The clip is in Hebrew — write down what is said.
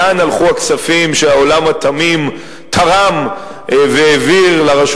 לאן הלכו הכספים שהעולם התמים תרם והעביר לרשות